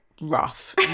rough